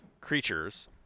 creatures